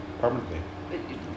permanently